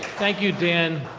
thank you dan.